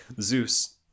Zeus